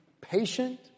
patient